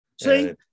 See